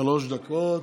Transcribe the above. שלוש דקות.